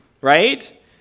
right